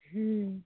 ହୁଁ